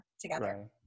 together